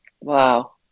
wow